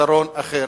פתרון אחר.